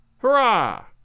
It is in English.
Hurrah